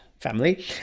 family